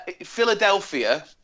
philadelphia